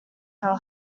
how